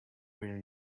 really